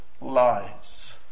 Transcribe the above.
lies